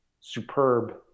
superb